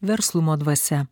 verslumo dvasia